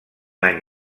any